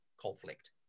conflict